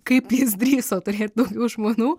kaip jis drįso turėt daug žmonų